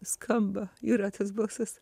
skamba yra tas balsas